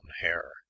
hair